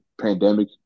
pandemic